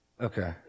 Okay